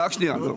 רק רגע.